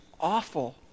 awful